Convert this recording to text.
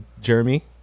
Jeremy